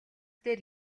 дээр